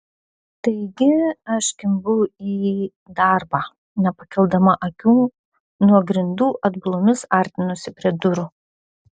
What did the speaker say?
taigi aš kimbu į darbą nepakeldama akių nuo grindų atbulomis artinuosi prie durų